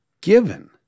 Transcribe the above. given